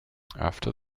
after